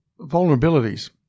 Vulnerabilities